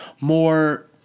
more